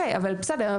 בסדר,